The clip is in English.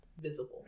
visible